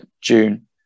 June